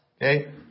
okay